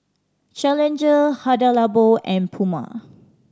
Challenger Hada Labo and Puma